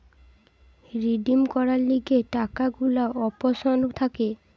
redeem করার লিগে টাকা গুলার অপশন থাকে